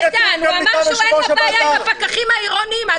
איתן, הוא אמר שאין לו בעיה עם הפקחים העירוניים.